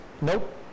Nope